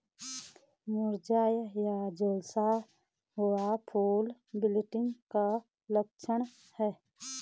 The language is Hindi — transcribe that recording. मुरझाया या झुलसा हुआ फूल विल्टिंग का लक्षण है